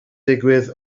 digwydd